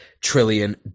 trillion